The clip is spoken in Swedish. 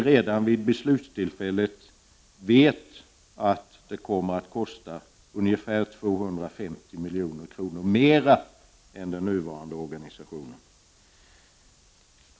Redan vid beslutstillfället vet vi att det kommer att kosta ungefär 250 milj.kr. mer än den nuvarande organisationen.